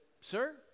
sir